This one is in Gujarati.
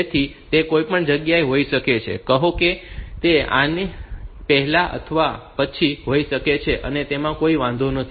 તેથી તે કોઈપણ જગ્યાએ હોઈ શકે છે કહો કે તે આની પહેલાં અથવા પછી પણ હોઈ શકે છે અને તેમાં કોઈ વાંધો નથી